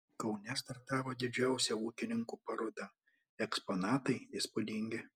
kaune startavo didžiausia ūkininkų paroda eksponatai įspūdingi